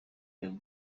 des